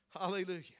Hallelujah